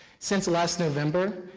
since last november,